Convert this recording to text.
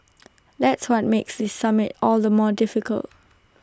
that's what makes this summit all the more difficult